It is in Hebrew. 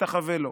תשתחווה לו,